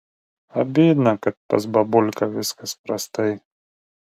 abydna kad pas babulką viskas prastai